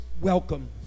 welcome